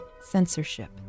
censorship